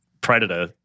predator